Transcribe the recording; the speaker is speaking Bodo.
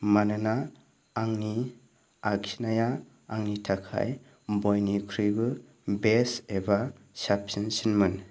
मानोना आंनि आखिनाया आंनि थाखाय बयनिख्रुइबो बेस्ट एबा साबसिनमोन